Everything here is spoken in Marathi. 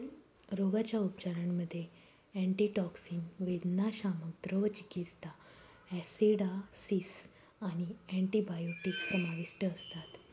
रोगाच्या उपचारांमध्ये अँटीटॉक्सिन, वेदनाशामक, द्रव चिकित्सा, ॲसिडॉसिस आणि अँटिबायोटिक्स समाविष्ट असतात